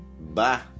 Bye